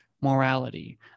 morality